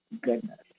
goodness